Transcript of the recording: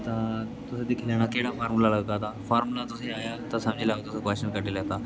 तां तुसें दिक्खी लैना केह्ड़ा फार्मुला लगदा तां फार्मुला तुसें आया तां समझी लैओ तुस कोच्छन कड्डी लैता